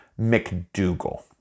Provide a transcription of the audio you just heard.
McDougall